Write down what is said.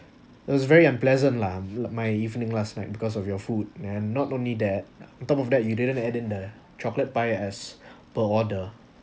it was very unpleasant lah my evening last night because of your food and not only that on top of that you didn't add in the chocolate pie as per order